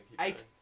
eight